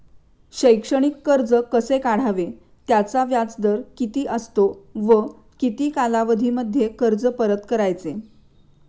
शैक्षणिक कर्ज कसे काढावे? त्याचा व्याजदर किती असतो व किती कालावधीमध्ये कर्ज परत करायचे?